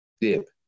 dip